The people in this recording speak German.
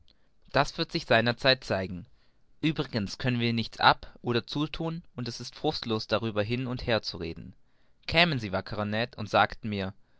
das wird sich seiner zeit zeigen uebrigens können wir dabei nichts ab oder zuthun und es ist fruchtlos darüber hin und her zu reden kämen sie wackerer ned und sagten mir